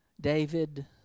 David